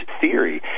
theory